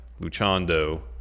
Luchando